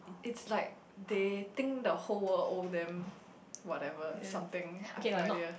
it's like they think the whole world owe them whatever something I have no idea